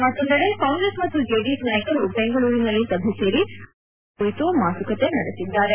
ಮತ್ತೊಂದೆಡೆ ಕಾಂಗ್ರೆಸ್ ಮತ್ತು ಜೆಡಿಎಸ್ ನಾಯಕರು ಬೆಂಗಳೂರಿನಲ್ಲಿ ಸಭೆ ಸೇರಿ ಅಭ್ಯರ್ಥಿಗಳ ಆಯ್ಕೆ ಕುರಿತು ಮಾತುಕತೆ ನಡೆಸಿದ್ದಾರೆ